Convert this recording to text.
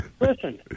Listen